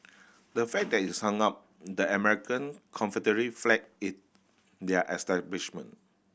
the fact that is hung up the American Confederate flag their establishment